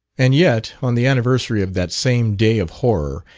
and yet on the anniversary of that same day of horror,